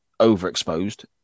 overexposed